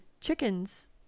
chickens